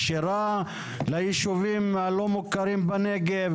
כשרה ליישובים הלא מוכרים בנגב?